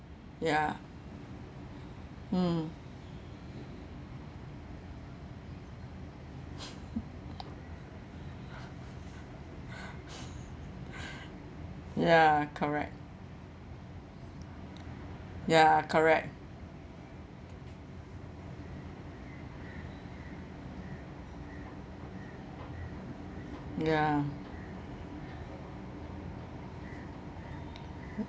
ya hmm ya correct ya correct ya